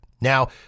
Now